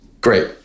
Great